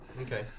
Okay